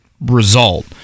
result